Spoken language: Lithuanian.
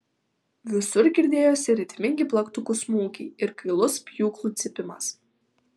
visur girdėjosi ritmingi plaktukų smūgiai ir gailus pjūklų cypimas